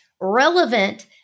relevant